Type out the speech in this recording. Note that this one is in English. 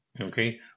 Okay